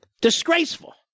Disgraceful